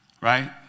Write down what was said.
right